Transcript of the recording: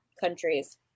countries